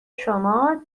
شما